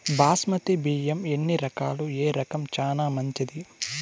బాస్మతి బియ్యం ఎన్ని రకాలు, ఏ రకం చానా మంచిది?